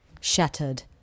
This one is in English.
shattered